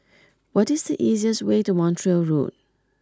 what is the easiest way to Montreal Road